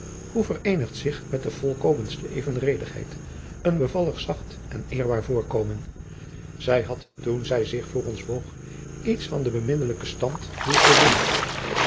hoe vereenigt zich met de volkomenste evenredigheid een bevallig zacht en eerbaar voorkomen zij had toen zij zich voor ons boog iets van den beminnelijken stand dier godin